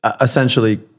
essentially